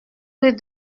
rue